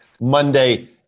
Monday